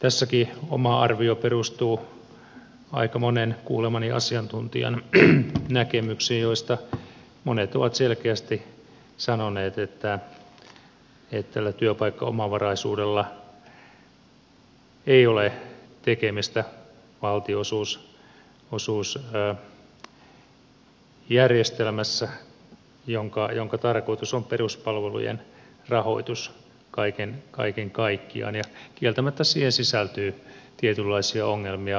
tässäkin oma arvioni perustuu aika monen kuulemani asiantuntijan näkemyksiin joista monet ovat selkeästi sanoneet että tällä työpaikkaomavaraisuudella ei ole tekemistä valtionosuusjärjestelmän kanssa jonka tarkoitus on peruspalvelujen rahoitus kaiken kaikkiaan ja kieltämättä siihen sisältyy tietynlaisia ongelmia